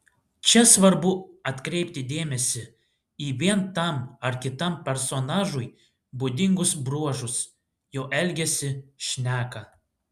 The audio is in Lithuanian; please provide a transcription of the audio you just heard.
čia svarbu atkreipti dėmesį į vien tam ar kitam personažui būdingus bruožus jo elgesį šneką